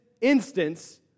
instance